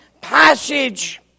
passage